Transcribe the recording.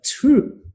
two